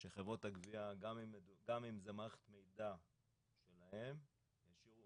לחוק המבקר כאשר אחד הוא פעילות כמבקר המדינה והשני הוא